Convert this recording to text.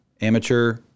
amateur